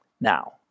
Now